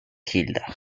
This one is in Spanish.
hilda